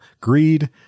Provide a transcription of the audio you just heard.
Greed